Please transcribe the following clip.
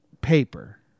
paper